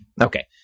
Okay